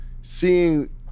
seeing